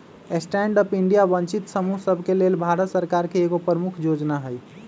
stand up India वंचित समूह सभके लेल भारत सरकार के एगो प्रमुख जोजना हइ